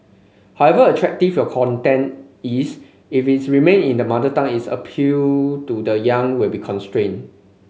however attractive your content is if it remain in the mother tongue its appeal to the young will be constrained